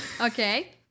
Okay